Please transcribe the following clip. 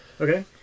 Okay